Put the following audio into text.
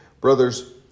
Brothers